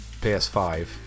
PS5